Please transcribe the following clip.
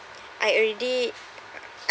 I already